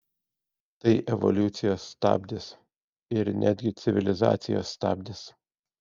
tai evoliucijos stabdis ir netgi civilizacijos stabdis